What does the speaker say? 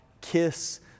Kiss